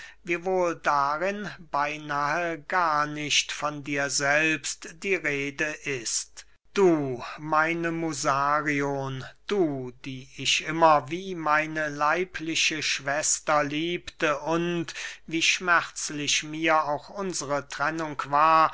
wiewohl darin beynahe gar nicht von dir selbst die rede ist du meine musarion du die ich immer wie meine leibliche schwester liebte und wie schmerzlich mir auch unsere trennung war